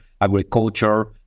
agriculture